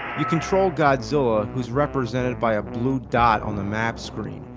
you control godzilla, who's represented by a blue dot on the map screen,